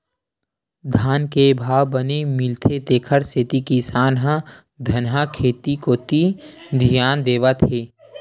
धान के भाव बने मिलथे तेखर सेती किसान ह धनहा खेत कोती धियान देवत हे